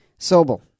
Sobel